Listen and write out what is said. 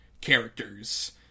characters